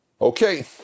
Okay